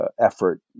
effort